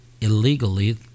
illegally